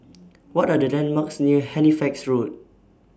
What Are The landmarks near Halifax Road